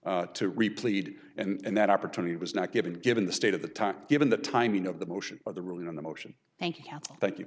replete and that opportunity was not given given the state of the time given the timing of the motion or the ruling on the motion thank you thank you